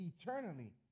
eternally